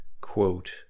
quote